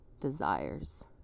desires